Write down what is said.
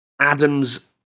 Adam's